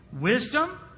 Wisdom